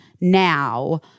now